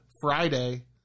friday